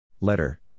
Letter